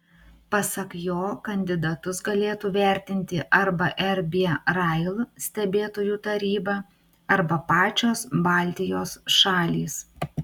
pasak jo kandidatus galėtų vertinti arba rb rail stebėtojų taryba arba pačios baltijos šalys